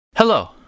Hello